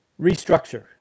restructure